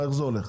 מהרווח.